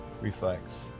reflex